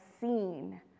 seen